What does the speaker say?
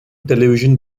television